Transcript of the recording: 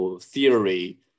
theory